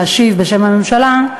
להשיב בשם הממשלה,